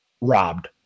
robbed